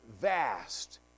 Vast